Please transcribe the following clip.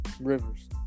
Rivers